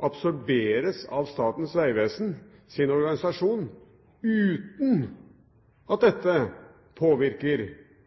absorberes av Statens vegvesens organisasjon uten at dette påvirker